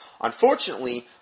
Unfortunately